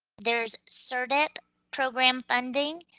there's so cerdep program funding,